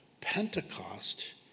Pentecost